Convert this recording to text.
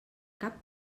cap